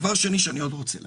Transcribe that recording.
דבר שני שאני עוד רוצה להגיד,